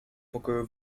pokoju